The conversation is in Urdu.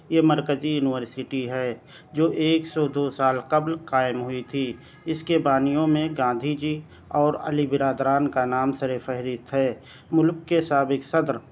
یہ مرکزی یونیورسٹی ہے جو ایک سو دو سال قبل قائم ہوئی تھی اس کے بانیوں میں گاندھی جی اور علی برادران کا نام سر فہرست ہے ملک کے سابق صدر